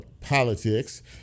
politics